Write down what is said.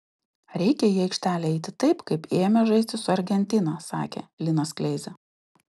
reikia į aikštelę eiti taip kaip ėjome žaisti su argentina sakė linas kleiza